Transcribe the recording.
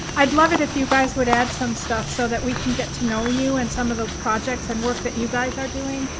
i'd love it if you guys would add some stuff so that we can get to know you and some of the projects and work that you guys are doing.